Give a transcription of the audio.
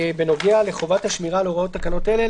בנוגע לחובת השמירה על הוראות תקנות אלה,